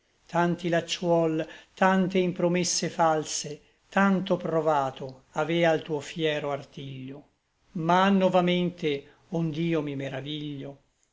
tanti lacciuol tante impromesse false tanto provato avea l tuo fiero artiglio ma novamente ond'io mi meraviglio